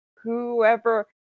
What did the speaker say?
whoever